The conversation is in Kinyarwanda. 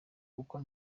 uko